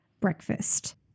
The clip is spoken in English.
breakfast